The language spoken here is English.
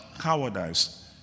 cowardice